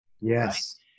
Yes